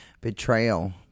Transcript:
Betrayal